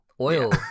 oil